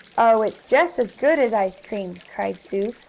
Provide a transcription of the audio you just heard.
oh, it's just as good as ice cream! cried sue,